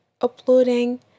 uploading